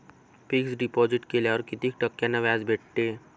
Fix deposit केल्यावर कितीक टक्क्यान व्याज भेटते?